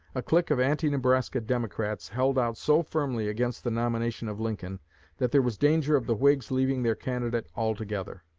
a clique of anti-nebraska democrats held out so firmly against the nomination of lincoln that there was danger of the whigs leaving their candidate altogether.